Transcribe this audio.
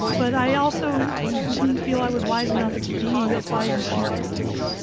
but i also didn't feel i was wise enough to be as wise as she was to me